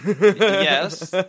Yes